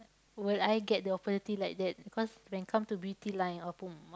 would I get the opportunity like that because when come to beauty line or prom~